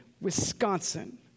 Wisconsin